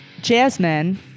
jasmine